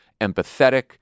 empathetic